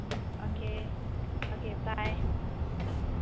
um okay okay by